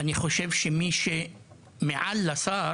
אני חושב שמי שמעל השר